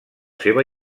seva